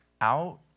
out